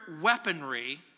weaponry